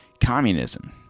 communism